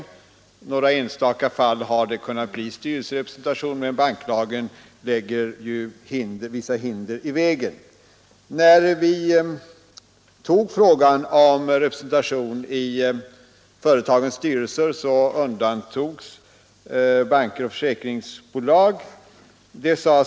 I några enstaka fall har det kunnat bli styrelserepresentation, men banklagen lägger ju vissa hinder i vägen. När vi behandlade frågan om representation i företagens styrelser undantogs banker och försäkringsbolag.